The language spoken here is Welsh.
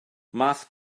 math